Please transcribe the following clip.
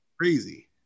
crazy